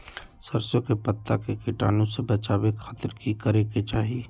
सरसों के पत्ता के कीटाणु से बचावे खातिर की करे के चाही?